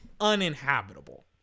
uninhabitable